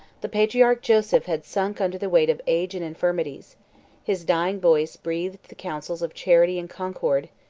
the patriarch joseph had sunk under the weight of age and infirmities his dying voice breathed the counsels of charity and concord,